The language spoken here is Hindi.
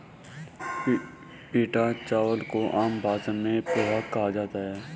पीटा चावल को आम भाषा में पोहा कहा जाता है